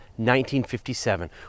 1957